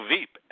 Veep